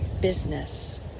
business